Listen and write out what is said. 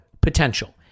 potential